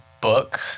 book